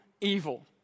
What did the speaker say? evil